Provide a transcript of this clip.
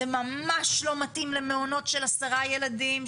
זה ממש לא מתאים למעונות של 10 ילדים,